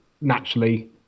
naturally